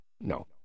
No